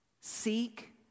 seek